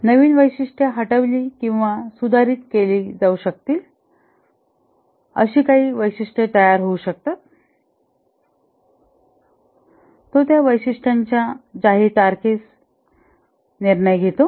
नवीन वैशिष्ट्ये हटविली किंवा सुधारित केलेली ओळखली जाऊ शकतील अशी काही वैशिष्ट्ये तयार होऊ शकतात तो त्या वैशिष्ट्यांच्या जाहीर तारखेस निर्णय घेतो